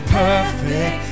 perfect